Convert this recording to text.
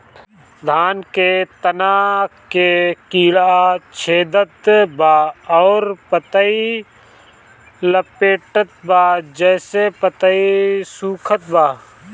धान के तना के कीड़ा छेदत बा अउर पतई लपेटतबा जेसे पतई सूखत बा?